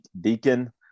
Deacon